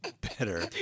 better